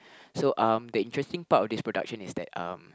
so um the interesting part of this production is that um